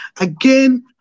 Again